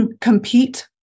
compete